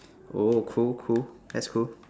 oh cool cool that's cool